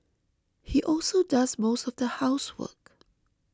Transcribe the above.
he also does most of the housework